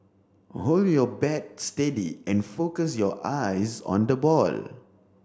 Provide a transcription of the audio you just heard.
hold your bat steady and focus your eyes on the ball